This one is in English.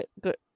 Good